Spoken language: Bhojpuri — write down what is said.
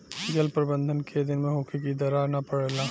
जल प्रबंधन केय दिन में होखे कि दरार न परेला?